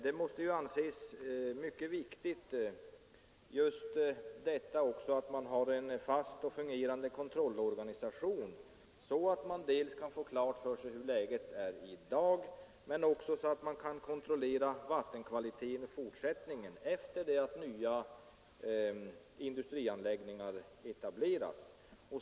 Det måste anses vara mycket viktigt att ha en fast och fungerande kontrollorganisation, dels för att kartlägga hur läget är i dag, dels för att kunna kontrollera vattenkvaliteten i fortsättningen, efter det att nya industrianläggningar har etablerats.